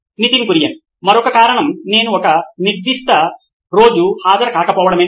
Nitin Kurian COO నోయిన్ electronics మరొక కారణం నేను ఒక నిర్దిష్ట రోజు హాజరుకాకపోవడమే